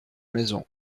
maisons